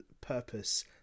purpose